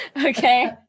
okay